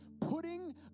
Putting